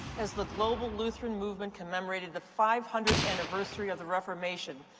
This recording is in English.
as the global lutheran movement commemorated the five hundredth anniversary of the reformation,